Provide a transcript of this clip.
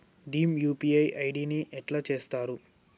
Bhim UPI ID ని ఎట్లా చేత్తరు?